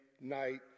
night